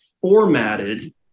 formatted